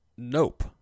nope